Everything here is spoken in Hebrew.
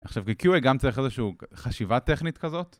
עכשיו, כ QA גם צריך איזושהי חשיבה טכנית כזאת